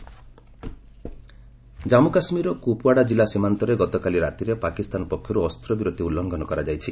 JK ceasefire Jammu କାଶ୍ମୀରର କୁପୱାଡ଼ା କିଲ୍ଲା ସୀମାନ୍ତରେ ଗତକାଲି ରାତିରେ ପାକିସ୍ତାନ ପକ୍ଷରୁ ଅସ୍ତ୍ରବିରତି ଉଲ୍ଲୁଘନ କରାଯାଇଛି